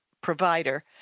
provider